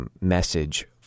message